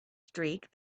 streak